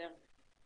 בבקשה.